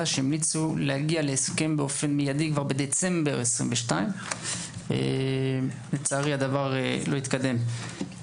שהמליצו להגיע להסכם באופן מיידי בדצמבר 22'. לצערי הדבר לא התקדם.